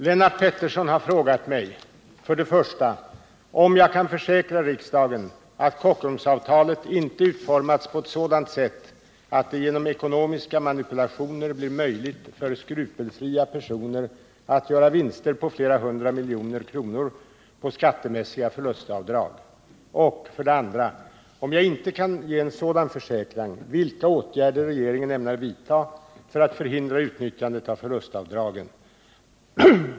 Lennart Pettersson har frågat mig 1. om jag kan försäkra riksdagen att Kockumsavtalet inte utformats på ett sådant sätt att det genom ekonomiska manipulationer blir möjligt för skrupelfria personer att göra vinster på flera hundra miljoner kronor på skattemässiga förlustavdrag och, 2. om jag inte kan ge en sådan försäkran, vilka åtgärder regeringen ämnar vidta för att förhindra utnyttjandet av förlustavdragen.